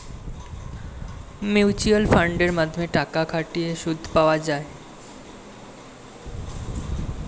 mutual ফান্ডের মাধ্যমে টাকা খাটিয়ে সুদ পাওয়া যায়